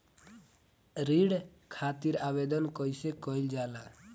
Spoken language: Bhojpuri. ऋण खातिर आवेदन कैसे कयील जाला?